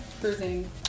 cruising